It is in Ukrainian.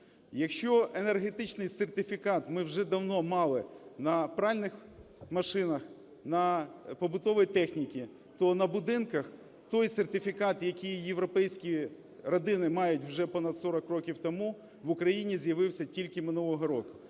Якщо енергетичний сертифікат ми вже давно мали на пральних машинах, на побутовій техніці, то на будинках той сертифікат, який європейські родини мають вже понад 40 років тому, в Україні з'явився тільки минулого року.